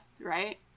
right